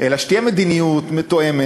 אלא שתהיה מדיניות מתואמת.